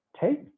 take